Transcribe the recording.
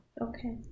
Okay